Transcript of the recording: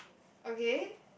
okay